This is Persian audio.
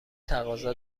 تقاضا